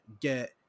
get